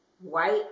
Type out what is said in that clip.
white